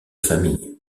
famille